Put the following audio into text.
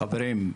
חברים,